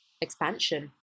expansion